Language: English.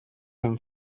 him